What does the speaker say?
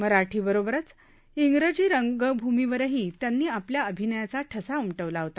मराठी बरोबच जिजी रंगभूमीवरही त्यांनी आपल्या अभिनयाचा ठसा उमटवला होता